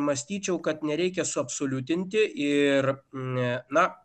mąstyčiau kad nereikia suabsoliutinti ir ne na